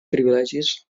privilegis